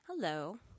Hello